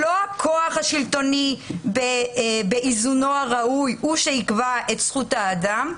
לא הכוח השלטוני באיזונו הראוי הוא שיקבע את זכות האדם,